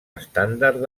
estàndard